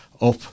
up